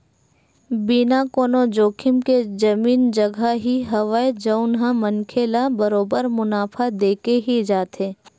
बिना कोनो जोखिम के जमीन जघा ही हवय जउन ह मनखे ल बरोबर मुनाफा देके ही जाथे